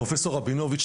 פרופ' רבינוביץ,